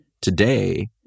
today